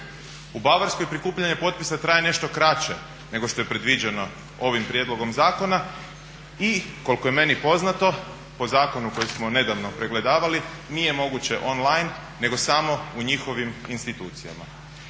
u Bavarskoj prikupljanje potpisa traje nešto kraće nego što je predviđeno ovim prijedlogom zakona i koliko je meni poznato po zakonu koji smo nedavno pregledavali nije moguće online nego samo u njihovim institucijama.